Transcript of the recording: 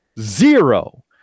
zero